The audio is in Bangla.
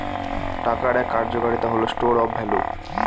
টাকার এক কার্যকারিতা হল স্টোর অফ ভ্যালু